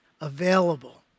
available